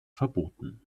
verboten